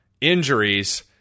injuries